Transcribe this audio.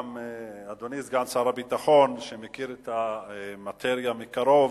אדוני סגן שר הביטחון שמכיר את המאטריה מקרוב,